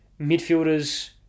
Midfielders